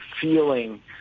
feeling